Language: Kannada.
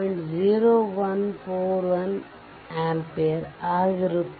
0141amps ಆಗುತ್ತದೆ